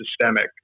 systemic